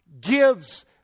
gives